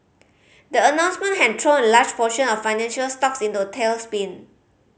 the announcement had thrown a large portion of financial stocks into a tailspin